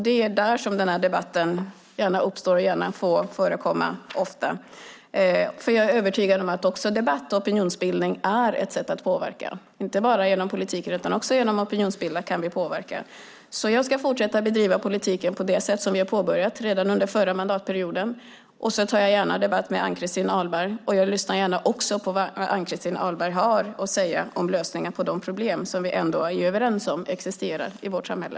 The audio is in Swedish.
Det är där som debatten gärna uppstår och gärna får förekomma ofta. Jag är övertygad om att debatt och opinionsbildning är ett sätt att påverka. Inte bara genom politik utan också genom opinionsbildning kan vi påverka. Jag ska fortsätta att bedriva politiken på det sätt som jag påbörjat redan under förra mandatperioden. Så tar jag gärna debatt med Ann-Christin Ahlberg, och jag lyssnar gärna på vad Ann-Christin Ahlberg har att säga om lösningar på de problem som vi ändå är överens om existerar i vårt samhälle.